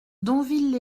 donville